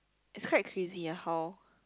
it's quite crazy ah how